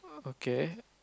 okay